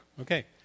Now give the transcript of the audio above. Okay